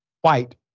White